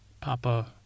Papa